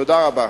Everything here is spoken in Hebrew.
תודה רבה.